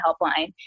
helpline